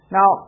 Now